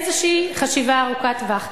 איזו חשיבה ארוכת טווח,